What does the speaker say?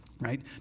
right